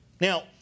Now